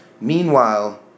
Meanwhile